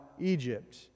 Egypt